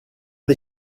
des